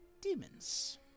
demons